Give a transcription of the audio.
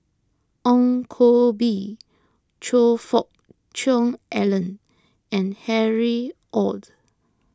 Ong Koh Bee Choe Fook Cheong Alan and Harry Ord